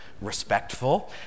respectful